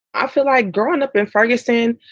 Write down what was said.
i feel like growing up in ferguson,